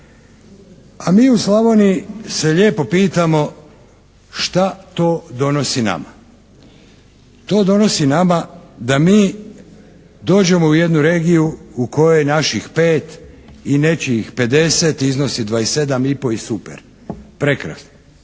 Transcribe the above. A mi u Slavoniji se lijepo pitamo šta to donosi nama? To donosi nama da mi dođemo u jednu regiju u kojoj naših 5 i nečijih 50 iznosi 27 i po i super. Prekrasno.